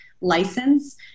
license